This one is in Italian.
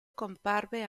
comparve